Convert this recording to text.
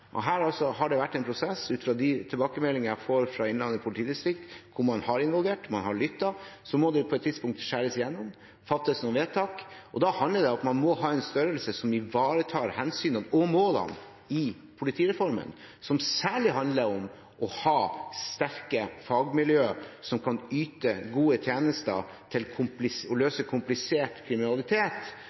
har det ut fra de tilbakemeldinger jeg får fra Innlandet politidistrikt, vært en prosess hvor man har involvert, man har lyttet. Så må det på et tidspunkt skjæres igjennom og fattes noen vedtak. Og da handler det om at man må ha en størrelse som ivaretar hensynet og målene i politireformen, som særlig handler om å ha sterke fagmiljøer som kan yte gode tjenester og løse komplisert kriminalitet,